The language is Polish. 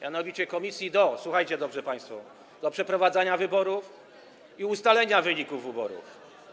Mianowicie komisji, słuchajcie dobrze państwo, do przeprowadzania wyborów i ustalenia wyników wyborów.